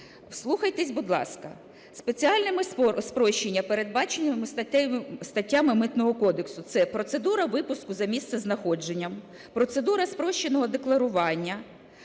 Вслухайтесь, будь ласка, спеціальні спрощення передбачені статтями Митного кодексу. Це процедура випуску за місцем знаходженням, процедура спрощеного декларування,